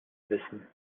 wissen